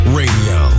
radio